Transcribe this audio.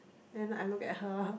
then I look at her